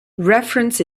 reference